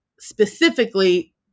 specifically